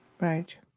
Right